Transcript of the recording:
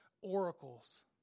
oracles